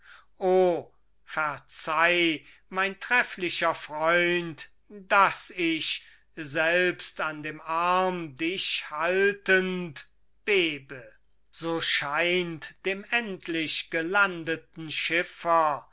verzeih mein trefflicher freund daß ich selbst an dem arm dich haltend bebe so scheint dem endlich gelandeten schiffer